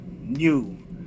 New